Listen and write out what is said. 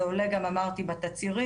זה עולה גם אמרתי בתצהירים,